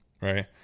right